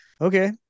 okay